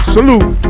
Salute